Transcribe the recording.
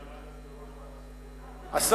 מי עמד אז בראש ועדת הכלכלה?